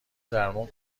درمون